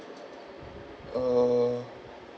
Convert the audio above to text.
uh